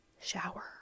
shower